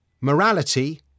morality